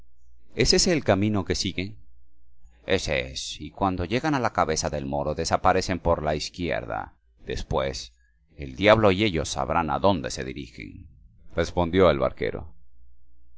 es ese el camino que siguen ese es y cuando llegan a la cabeza del moro desaparecen por la izquierda después el diablo y ellos sabrán a dónde se dirigen respondió el barquero